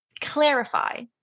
Clarify